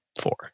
Four